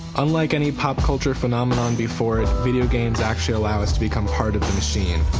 unlike any pop culture phenomenon before it, video games actually allow us to become part of the machine.